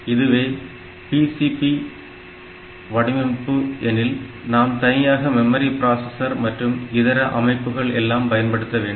இதுவே பிசிபி வடிவமைப்பு எனில் நாம் தனியாக மெமரி பிராசஸர் memory processor மற்றும் இதர அமைப்புகள் எல்லாம் பயன்படுத்த வேண்டும்